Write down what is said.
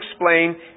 explain